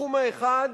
התחום האחד,